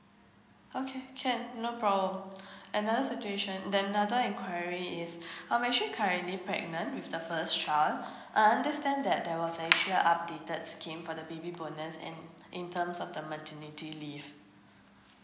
okay can no problem another situation then another enquiry is I'm actually currently pregnant with the first child I understand that there was actually a updated scheme for the baby bonus and in terms of the maternity leave